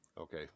Okay